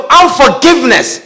unforgiveness